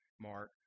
Mark